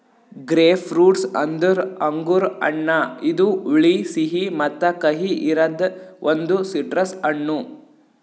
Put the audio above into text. grapefruit ಅಂದುರ್ ಅಂಗುರ್ ಹಣ್ಣ ಇದು ಹುಳಿ, ಸಿಹಿ ಮತ್ತ ಕಹಿ ಇರದ್ ಒಂದು ಸಿಟ್ರಸ್ ಹಣ್ಣು